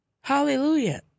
Hallelujah